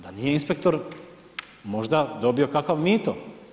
Da nije inspektor možda dobio kakav mito.